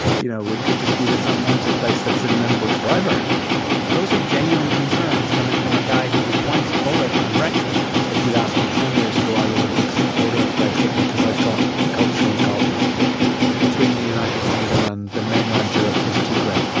you know, we could just be this unwanted place that's in limbo forever those are genuine concerns coming from a guy who was once bullish on brexit if you'd asked me ten years ago, i was a big supporter of brexit because i thought that the cultural gulf between the united kingdom and the mainland europe was too great.